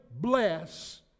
bless